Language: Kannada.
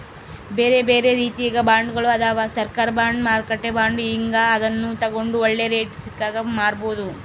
ಬೇರೆಬೇರೆ ರೀತಿಗ ಬಾಂಡ್ಗಳು ಅದವ, ಸರ್ಕಾರ ಬಾಂಡ್, ಮಾರುಕಟ್ಟೆ ಬಾಂಡ್ ಹೀಂಗ, ಅದನ್ನು ತಗಂಡು ಒಳ್ಳೆ ರೇಟು ಸಿಕ್ಕಾಗ ಮಾರಬೋದು